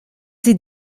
sie